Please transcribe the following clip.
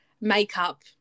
makeup